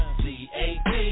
cat